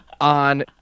On